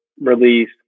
release